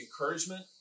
encouragement